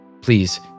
Please